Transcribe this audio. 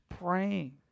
praying